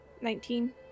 Nineteen